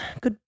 good